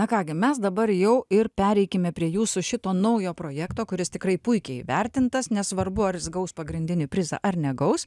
na ką gi mes dabar jau ir pereikime prie jūsų šito naujo projekto kuris tikrai puikiai įvertintas nesvarbu ar jis gaus pagrindinį prizą ar negaus